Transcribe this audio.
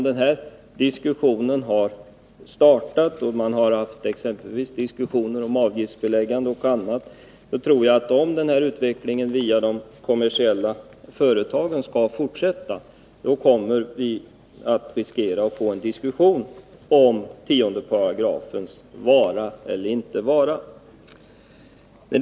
Jag tror att vi, eftersom man startat dessa diskussioner om avgiftsbeläggning och annat, riskerar att få en debatt om tionde paragrafens vara eller inte vara, om utvecklingen via de kommersiella företagen fortsätter.